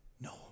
no